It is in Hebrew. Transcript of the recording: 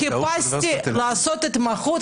חיפשתי לעשות התמחות,